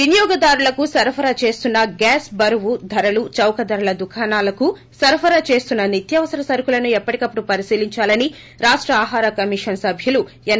వినియోగదారులకు సరఫరా చేస్తున్న గ్యాస్ బరువు ధరలు చౌకధరల దుకాణాలకు సరఫరా చేస్తున్న నిత్యావసర సరకులను ఎప్పటికప్పుడు పరిశీలించాలని రాష్ట ఆహార కమిషన్ సభ్యులు ఎన్